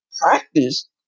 practice